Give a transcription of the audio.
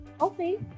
okay